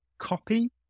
copy